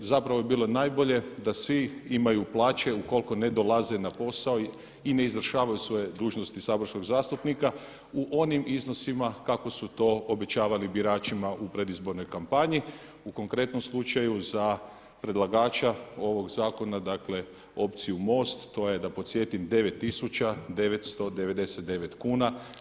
Zapravo bi bilo najbolje da svi imaju plaće ukoliko ne dolaze na posao i ne izvršavaju svoje dužnosti saborskog zastupnika u onim iznosima kako su to obećavali biračima u predizbornoj kampanji u konkretnom slučaju za predlagača ovog zakona dakle opciju MOST to je da podsjetim 9999 kuna.